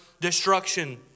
destruction